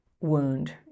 wound